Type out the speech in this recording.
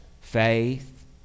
Faith